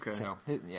Okay